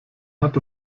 hat